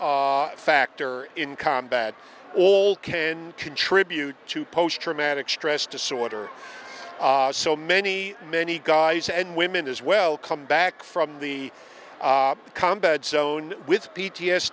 factor in combat all can contribute to post traumatic stress disorder so many many guys and women as well come back from the combat zone with p t s